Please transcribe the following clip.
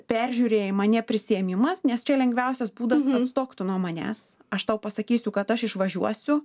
peržiurėjimą neprisiėmimas nes čia lengviausias būdas atstok tu nuo manęs aš tau pasakysiu kad aš išvažiuosiu